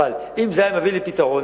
אם זה היה מביא לפתרון,